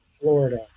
Florida